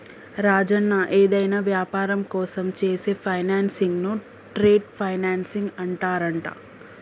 రాజన్న ఏదైనా వ్యాపారం కోసం చేసే ఫైనాన్సింగ్ ను ట్రేడ్ ఫైనాన్సింగ్ అంటారంట